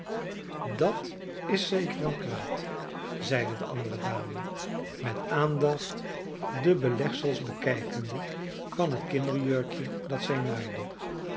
dat is zeker een kwaad zeide de andere dame met aandacht de belegsels bekijkende van het kinderjurkje dat zij